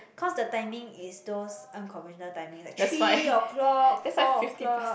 cause the timing is those unconventional timing like three o-clock four o-clock